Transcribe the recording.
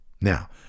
Now